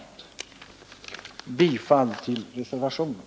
Jag ber att få yrka bifall till reservationen.